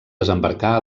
desembarcar